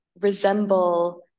resemble